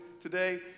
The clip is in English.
today